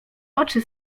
oczy